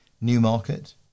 Newmarket